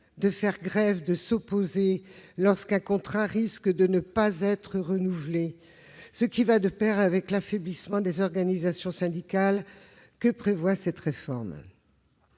de faire grève, de s'opposer, lorsqu'un contrat risque de ne pas être renouvelé. Ce recul va de pair avec l'affaiblissement des organisations syndicales, que prépare cette réforme.